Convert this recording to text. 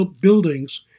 buildings